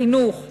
חינוך,